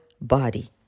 body